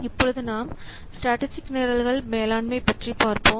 இப்பொழுது நாம் ஸ்ட்ராடஜிக் நிரல்கள் மேலாண்மை பற்றி பார்ப்போம்